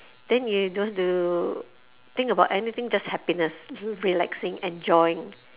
then you don't have to think about anything just happiness relaxing enjoying